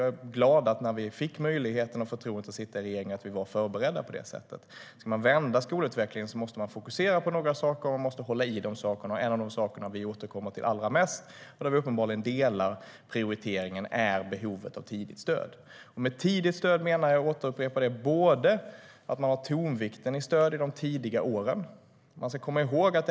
Jag är glad att när vi fick möjligheten och förtroendet att sitta i regeringen var vi förberedda. Om skolutvecklingen ska vändas måste man fokusera på några saker och hålla i de sakerna. En av de saker vi återkommer till allra mest, och där vi uppenbarligen delar uppfattning om prioriteringen, är behovet av tidigt stöd. Med tidigt stöd menar jag - jag upprepar detta - att lägga tonvikten i stödet till de tidiga åren.